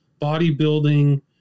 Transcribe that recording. bodybuilding